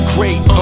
Great